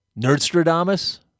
Nerdstradamus